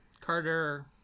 Carter